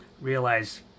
realize